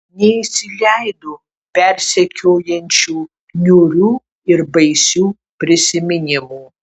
neįsileido persekiojančių niūrių ir baisių prisiminimų